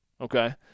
Okay